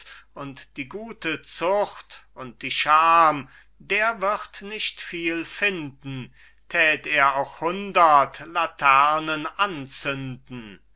und die gute zucht und die scham der wird nicht viel finden tät er auch hundert laternen anzünden